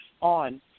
on